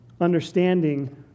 understanding